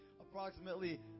Approximately